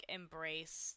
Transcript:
embrace